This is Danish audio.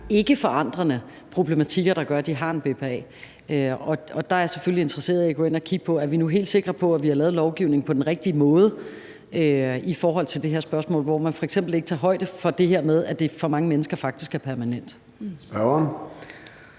ikkeforandrende problematikker, der gør, at de har en BPA-ordning. Og der er jeg selvfølgelig interesseret i at gå ind og kigge på, om vi nu er helt sikre på, at vi har lavet lovgivningen på den rigtige måde i forhold til det her spørgsmål, hvor man f.eks. ikke tager højde for det her med, at det for mange mennesker faktisk er permanent. Kl.